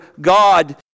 God